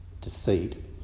deceit